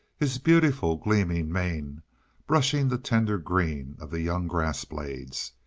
his beautiful, gleaming mane brushing the tender green of the young grass blades.